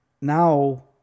Now